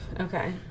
Okay